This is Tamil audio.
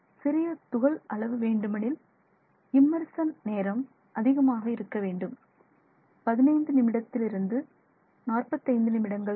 சிறிய துகள் அளவு வேண்டுமெனில் இம்மர்சன் நேரம் அதிகமாக இருக்க வேண்டும் 15 நிமிடத்தில் இருந்து 45 நிமிடங்கள் வரை